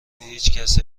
هیچکس